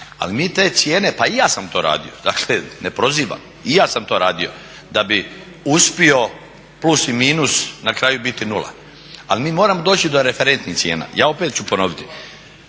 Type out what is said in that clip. Ali mi te cijene, pa i ja sam to radio, dakle ne prozivam i ja sam to radio da bih uspio plus i minus na kraju biti nula. Ali mi moramo doći do referentnih cijena. Ja opet ću ponoviti.